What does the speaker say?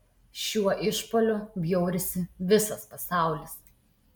šiuo išpuoliu bjaurisi visas pasaulis